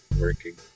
working